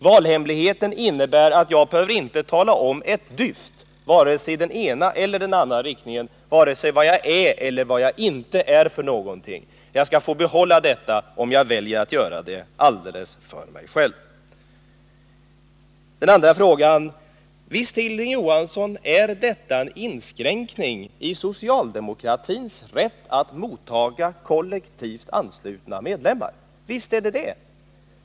Valhemligheten innebär att jag inte behöver tala om ett dyft, vare sig vad jag är eller vad jag inte är. Jag skall få behålla mitt val alldeles för mig själv, om jag så vill. Så till en annan fråga: Visst, Hilding Johansson, är det vi nu diskuterar en inskränkning i socialdemokratins rätt att mottaga kollektivanslutna medlemmar.